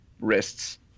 wrists